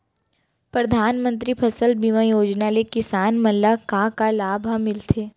परधानमंतरी फसल बीमा योजना ले किसान मन ला का का लाभ ह मिलथे?